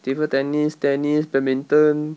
table tennis tennis badminton